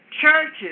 churches